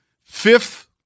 Fifth